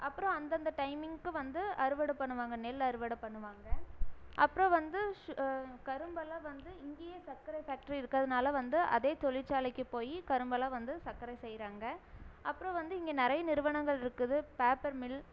அப்புறம் அந்தந்த டைமிங்க்கு வந்து அறுவடை பண்ணுவாங்க நெல் அறுவடை பண்ணுவாங்க அப்றம் வந்து கரும்பெல்லாம் வந்து இங்கேயே சர்க்கரை ஃபேக்டரி இருக்கிறதுனால வந்து அதே தொழிற்சாலைக்கு போய் கரும்பெல்லாம் வந்து சர்க்கரை செய்கிறாங்க அப்றம் வந்து இங்கே நிறைய நிறுவனங்கள் இருக்குது பேப்பர் மில்